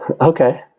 Okay